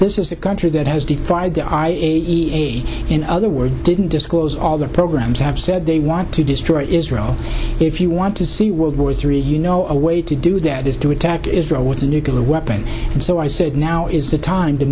this is a country that has defied their eyes in other words didn't disclose all their programs have said they want to destroy israel if you want to see world war three you know a way to do that is to attack israel what's a nuclear weapon and so i said now is the time to